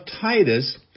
Titus